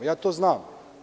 Ja to znam.